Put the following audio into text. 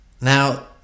Now